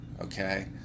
okay